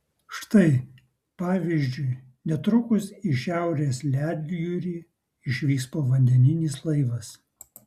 štai pavyzdžiui netrukus į šiaurės ledjūrį išvyks povandeninis laivas